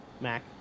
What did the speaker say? Mac